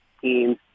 teams